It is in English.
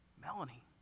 Melanie